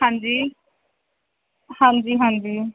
ਹਾਂਜੀ ਹਾਂਜੀ ਹਾਂਜੀ